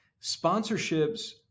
Sponsorships